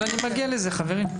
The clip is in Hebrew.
אני מגיע לזה, חברים.